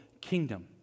kingdom